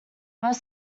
most